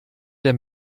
der